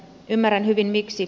ymmärrän hyvin miksi